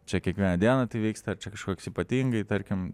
čia kiekvieną dieną tai vyksta ar čia kažkoks ypatingai tarkim